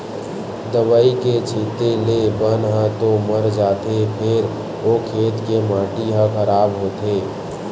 दवई के छिते ले बन ह तो मर जाथे फेर ओ खेत के माटी ह खराब होथे